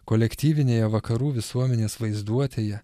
kolektyvinėje vakarų visuomenės vaizduotėje